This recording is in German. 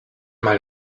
mal